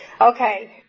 Okay